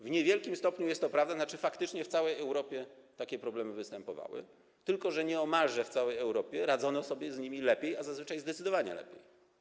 W niewielkim stopniu jest to prawda, bo faktycznie w całej Europie takie problemy występowały, tylko że nieomalże w całej Europie radzono sobie z nimi lepiej, a zazwyczaj zdecydowanie lepiej.